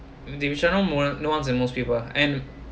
divisional more nuanced and most people and